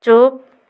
ଚୁପ୍